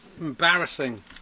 embarrassing